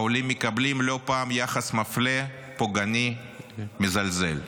העולים מקבלים לא פעם יחס מפלה, פוגעני, מזלזל.